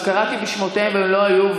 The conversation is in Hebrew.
שקראתי בשמותיהם ולא היו.